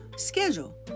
schedule